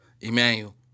Emmanuel